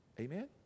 amen